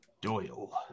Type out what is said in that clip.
Doyle